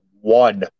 one